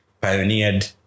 pioneered